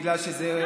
בגלל שזה,